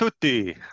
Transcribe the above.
tutti